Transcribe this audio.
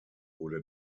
wurde